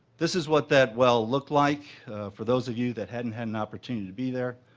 this is what that well looked like for those of you that hadn't had an opportunity to be there,